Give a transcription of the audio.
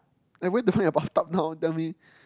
like where to find a bath tub now tell me